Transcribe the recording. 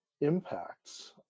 impacts